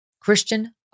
Christian